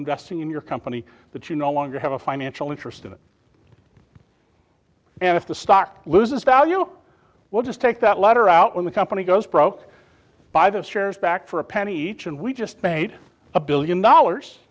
investing in your company that you no longer have a financial interest in it and if the stock loses value well just take that letter out when the company goes broke buy those shares back for a penny each and we just paid a billion dollars